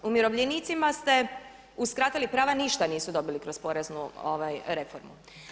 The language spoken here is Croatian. Umirovljenicima ste uskratili prava, ništa nisu dobili kroz poreznu reformu.